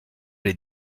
les